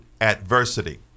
adversity